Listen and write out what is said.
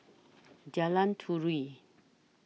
Jalan Turi